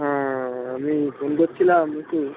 হ্যাঁ আমি ফোন করছিলাম একটু